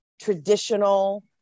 traditional